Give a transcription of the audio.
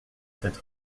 sept